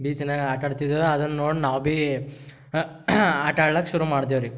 ಬೀಚ್ನಾಗ ಆಟ ಆಡ್ತಿದ್ದರು ಅದನ್ನು ನೋಡಿ ನಾವು ಭೀ ಆಟ ಆಡ್ಲಿಕ್ ಶುರು ಮಾಡ್ದೆವು ರಿ